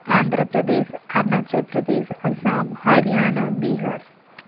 Andhra Pradesh Arunachal Pradesh Assam Haryana Bihar